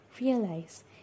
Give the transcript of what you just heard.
realize